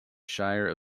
shire